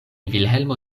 vilhelmo